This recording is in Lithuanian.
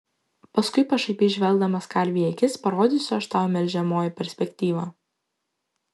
paskui pašaipiai žvelgdamas karvei į akis parodysiu aš tau melžiamoji perspektyvą